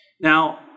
Now